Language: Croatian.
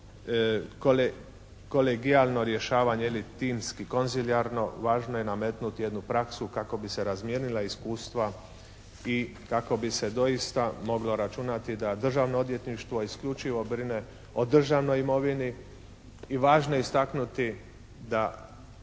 kolegijalno rješavanje ili timski konzilijarno. Važno je nametnuti jednu praksu kako bi se razmijenila iskustva i kako bi se doista moglo računati da Državno odvjetništvo isključivo brine o državnoj imovini. I važno je istaknuti da